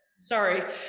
sorry